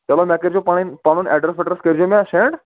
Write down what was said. چلو مےٚ کٔرۍزیٚو پَنٕنۍ پَنُن ایٚڈرَس ویٚڈرَس کٔرۍزیٚو مےٚ سیٚنٛڈ